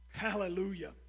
Hallelujah